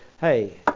hey